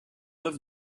neuf